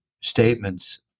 statements